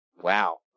Wow